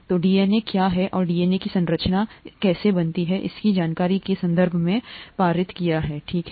तो डीएनए क्या है और डीएनए की संरचना इसे कैसे बनाती है जानकारी के लिए संभव पर पारित किया ठीक है